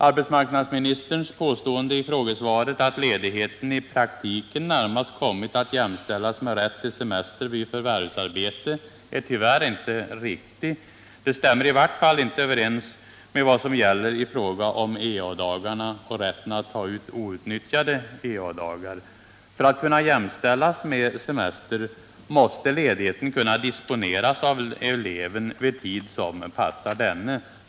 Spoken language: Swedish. Arbetsmarknadsministerns påstående i frågesvaret att ledigheten ”i praktiken närmast kommit att jämställas med rätt till semester vid förvärvsarbete” är tyvärr inte riktigt. Det stämmer i vart fall inte överens med vad som gäller i fråga om ea-dagarna och rätten att ta ut outnyttjade ea-dagar. För att kunna jämställas med semester måste ledigheten kunna disponeras av eleven vid iid som passar denne.